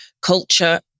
culture